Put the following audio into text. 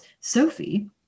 Sophie